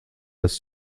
ist